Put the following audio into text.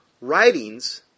writings